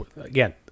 again